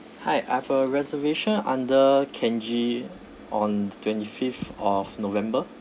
hi I've a reservation under kenji on twenty fifth of november